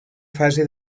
fase